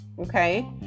okay